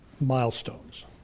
milestones